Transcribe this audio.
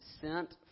sent